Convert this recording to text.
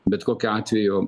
bet kokiu atveju